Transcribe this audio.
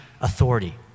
authority